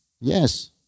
yes